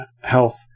health